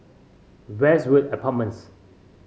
Westwood Apartments